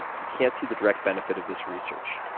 he can't see the direct benefit of this research.